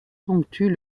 ponctuent